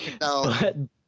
No